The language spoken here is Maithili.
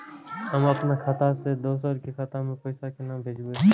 हम अपन खाता से दोसर के खाता मे पैसा के भेजब?